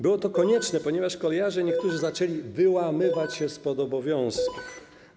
Było to konieczne, ponieważ kolejarze niektórzy zaczęli wyłamywać się spod obowiązków.